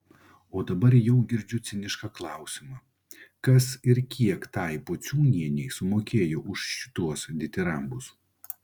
o dabar jau girdžiu cinišką klausimą kas ir kiek tai pociūnienei sumokėjo už šituos ditirambus